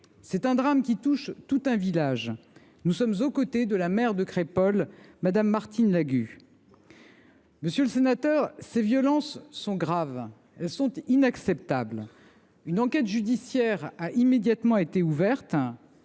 C’est un drame qui touche tout un village. Nous sommes aux côtés de la maire de Crépol, Mme Martine Lagut. Monsieur le sénateur, ces violences sont graves. Elles sont inacceptables. Une enquête judiciaire a immédiatement été ouverte